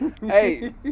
Hey